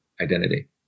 identity